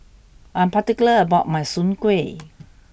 I'm particular about my Soon Kway